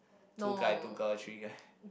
two guy two girl three guy